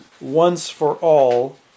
once-for-all